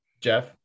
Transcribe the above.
Jeff